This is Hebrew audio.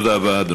תודה רבה,